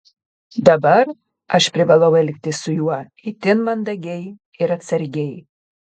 dabar aš privalau elgtis su juo itin mandagiai ir atsargiai